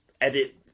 edit